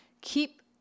keep